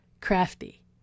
Crafty